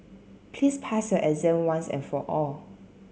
please pass your exam once and for all